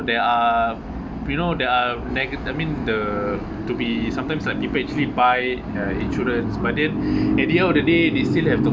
there are you know there are nega~ I means the to be sometimes like people actually buy an insurance but then at the end of the day they still have to